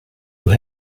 who